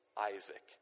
Isaac